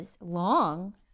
long